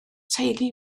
teulu